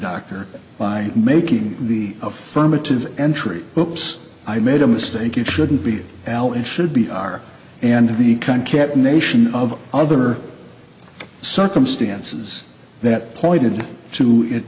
doctor by making the affirmative entry hoops i made a mistake it shouldn't be al and should be are and the kind kept a nation of other circumstances that pointed to it